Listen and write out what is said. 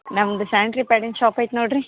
ನಮ್ದು ಸ್ಯಾನಿಟ್ರಿ ಪ್ಯಾಡಿನ ಶಾಪ್ ಐತೆ ನೋಡಿರಿ